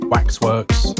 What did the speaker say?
Waxworks